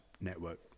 network